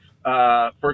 First